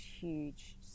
huge